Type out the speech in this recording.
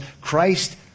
Christ